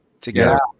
together